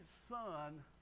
son